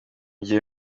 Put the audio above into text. gihe